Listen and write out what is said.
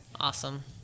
Awesome